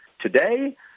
today